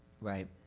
Right